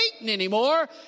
anymore